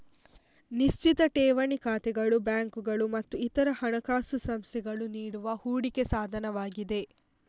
ನಿಶ್ಚಿತ ಠೇವಣಿ ಖಾತೆಗಳು ಬ್ಯಾಂಕುಗಳು ಮತ್ತು ಇತರ ಹಣಕಾಸು ಸಂಸ್ಥೆಗಳು ನೀಡುವ ಹೂಡಿಕೆ ಸಾಧನವಾಗಿದೆ